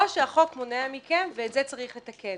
או שהחוק מונע מכם ואת זה צריך לתקן